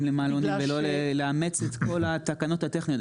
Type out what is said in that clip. למעלונים ולא לאמץ את כל התקנות הטכניות?